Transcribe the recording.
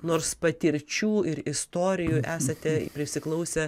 nors patirčių ir istorijų esate prisiklausę